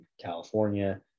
California